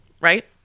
Right